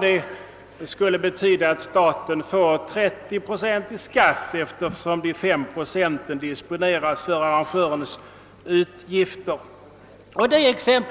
Det betyder att staten får 30 procent i skatt, eftersom 5 procent disponeras för att täcka arrangörens utgifter. Det är inget fel med